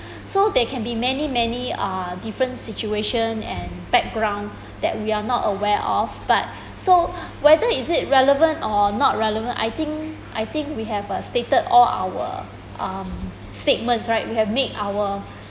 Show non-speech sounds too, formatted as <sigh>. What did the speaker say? <breath> so they can be many many uh different situation and background <breath> that we are not aware of but <breath> so <breath> whether is it relevant or not relevant I think I think we have stated all our um statements right we have made our <breath>